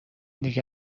دیگه